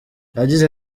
yagize